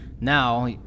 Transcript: now